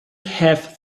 have